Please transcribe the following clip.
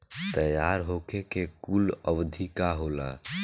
तैयार होखे के कूल अवधि का होला?